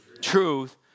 truth